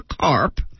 carp